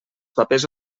papers